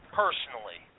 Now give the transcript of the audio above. personally